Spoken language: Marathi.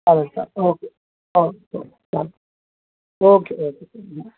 चालेल चा ओके ओके ओके